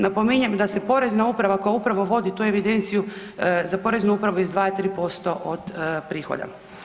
Napominjem da se Porezna uprava koja upravo vodi tu evidenciju za Poreznu upravo izdvaja 3% od prihoda.